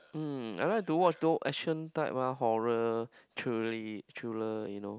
mm I like to watch those action type ah horror truly thriller you know